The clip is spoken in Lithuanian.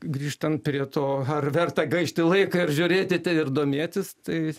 grįžtant prie to ar verta gaišti laiką žiūrėti ir domėtis tai